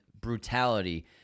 Brutality